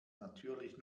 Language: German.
natürlich